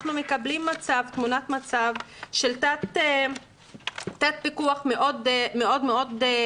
שאנחנו מקבלים תמונת מצב של תת-פיקוח מאוד חמור.